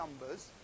Numbers